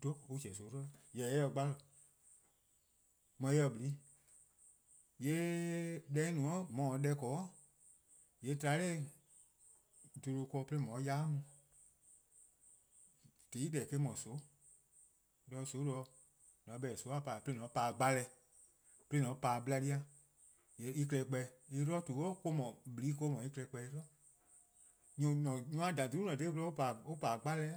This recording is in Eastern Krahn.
'dho on chehn :soon' 'dlu 'i, jorwor: eh :se 'gbalor:, eh mor eh :se :blii'. :yee' deh eh no-a :mor se-a deh 'ble, :yee' tba 'noror' 'bluhbor-dih 'de :on 'ye yai' mu. :tehn 'i :deh eh-: 'dhu :soon' 'de :soon' 'de, :mor :on 'beh-dih :soon'-a pa-dih-eh: 'de :an po-dih gbalor+, 'de :an pa-dih :blea'+. En klehkpeh en-' 'dlu :tu, :blii' eh-: no en-: klehkpeh-a 'dlu. nyor-a :dha :dhulu' :ne dha gwlor on :pa-dih 'gbalor+